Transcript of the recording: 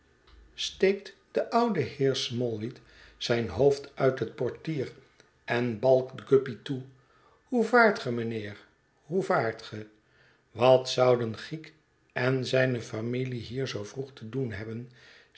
steekt de oude heer smallweed zijn hoofd uit het portier en balkt guppy toe hoe vaart ge mijnheer hoe vaart ge wat zouden chiek en zijne familie hier zoo vroeg te doen hebben